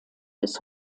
bis